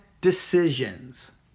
decisions